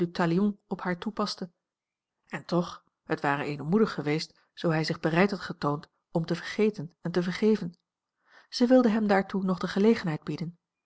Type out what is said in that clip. op haar toepaste en toch het ware edelmoedig geweest zoo hij zich bereid had getoond om te vergeten en te vergeven zij wilde hem daartoe nog de gelegenheid bieden